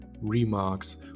remarks